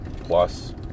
plus